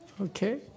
Okay